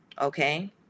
Okay